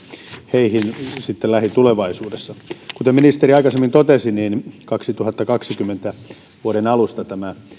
heihin sitten lähitulevaisuudessa kuten ministeri aikaisemmin totesi vuoden kaksituhattakaksikymmentä alusta tämä